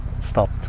stop